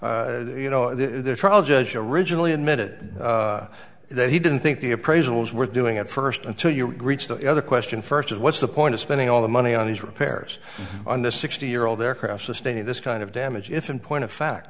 you know there's trial judge originally admitted that he didn't think the appraisals were doing at first until you reach the other question first is what's the point of spending all the money on these repairs on a sixty year old aircraft sustaining this kind of damage if in point of fact